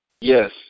Yes